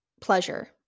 pleasure